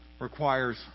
requires